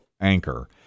anchor